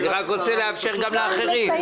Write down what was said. אני רק רוצה לאפשר גם לאחרים.